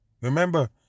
remember